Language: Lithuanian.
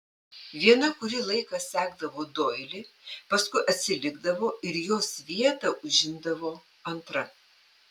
viena kurį laiką sekdavo doilį paskui atsilikdavo ir jos vietą užimdavo antra